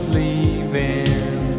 leaving